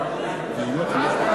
קצת פיגרתם